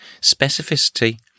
specificity